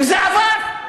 וזה עבר.